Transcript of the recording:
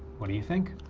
what do you think?